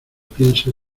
piense